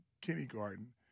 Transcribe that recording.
kindergarten